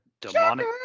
Demonic